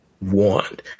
want